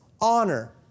honor